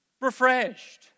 refreshed